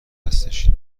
هستش